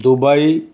Dubai